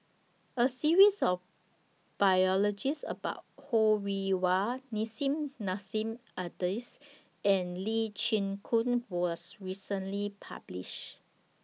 A series of about Ho Rih Hwa Nissim Nassim Adis and Lee Chin Koon was recently published